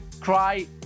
cry